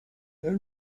that